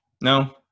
No